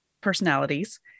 personalities